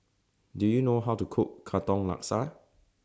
Do YOU know How to Cook Katong Laksa